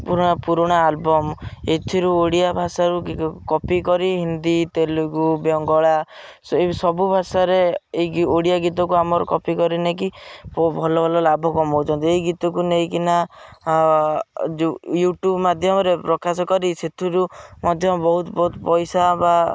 ପୁରୁଣା ପୁରୁଣା ଆଲବମ୍ ଏଥିରୁ ଓଡ଼ିଆ ଭାଷାରୁ କପି କରି ହିନ୍ଦୀ ତେଲୁଗୁ ବଙ୍ଗଳା ଏ ସବୁ ଭାଷାରେ ଏଇ ଓଡ଼ିଆ ଗୀତକୁ ଆମର କପି କରି ନେଇକି ଭଲ ଭଲ ଲାଭ କମଉଛନ୍ତି ଏଇ ଗୀତକୁ ନେଇକିନା ଯୋ ୟୁଟ୍ୟୁବ୍ ମାଧ୍ୟମରେ ପ୍ରକାଶ କରି ସେଥିରୁ ମଧ୍ୟ ବହୁତ ବହୁତ ପଇସା ବା